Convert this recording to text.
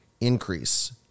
increase